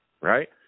right